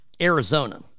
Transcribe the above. arizona